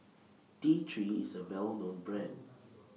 T three IS A Well known Brand